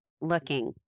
looking